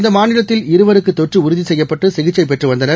இந்தமாநிலத்தில்இருவருக்குதொற்றுஉறுதிசெய்யப்பட்டுசிகிச்சைபெற் றுவந்தனர்